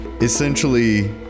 Essentially